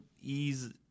ease